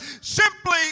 Simply